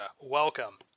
Welcome